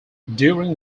during